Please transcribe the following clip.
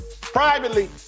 privately